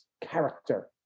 character